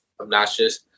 obnoxious